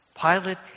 Pilate